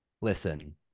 listen